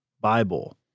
Bible